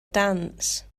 dance